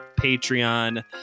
Patreon